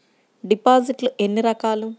డిపాజిట్లు ఎన్ని రకాలు?